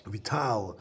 Vital